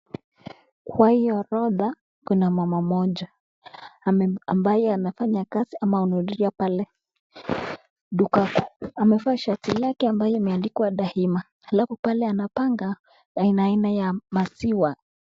Kwa hii orodha kuna mama mmoja ambaye anafanya kazi ama amehudhuria pale duka kuu. Amevaa shati lake ambayo imeaandikwa Daima, alafu pale anapanga aina aina ya maziwa.